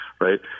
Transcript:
right